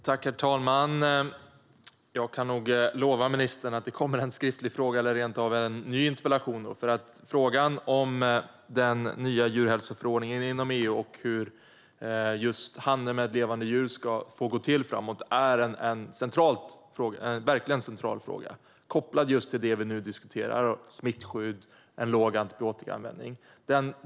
Herr talman! Jag kan nog lova ministern att det kommer en skriftlig fråga eller rent av en ny interpellation. Frågan om EU:s nya djurhälsoförordning och hur handeln med levande djur ska få gå till framöver är verkligen central och kopplad till det vi nu diskuterar: smittskydd och en låg antibiotikaanvändning.